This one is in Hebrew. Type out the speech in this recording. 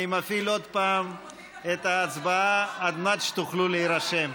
אני מפעיל עוד פעם את ההצבעה על מנת שתוכלו להירשם.